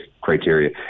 criteria